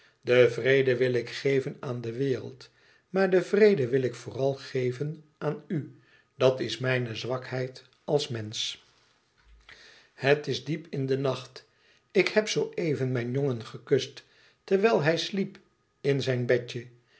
den vrede wil ik geven aan de wereld maar den vrede wil ik vooral geven aan u dat is mijne zwakheid als mensch het is diep in den nacht ik heb zooeven mijn jongen gekust terwijl hij sliep in zijn bedje